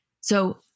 So-